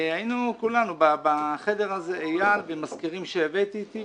היינו כולנו בחדר הזה אייל ומזכירים שהבאתי איתי,